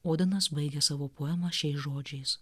odenas baigia savo poemą šiais žodžiais